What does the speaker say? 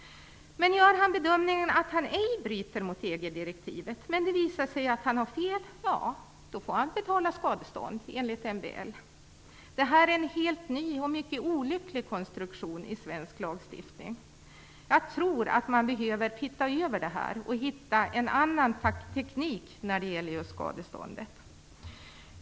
Gör han bedömningen att han ej bryter mot EG-direktivet, men det visar sig att han har fel, ja, då får han betala skadestånd enligt MBL. Det här är en helt ny och mycket olycklig konstruktion i svensk lagstiftning. Jag tror att man behöver se över det här och hitta en annan teknik när det gäller just skadeståndet.